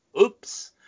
oops